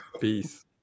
Peace